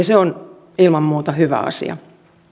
se on ilman muuta hyvä asia